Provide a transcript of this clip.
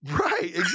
Right